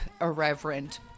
irreverent